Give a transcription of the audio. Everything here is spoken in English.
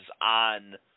on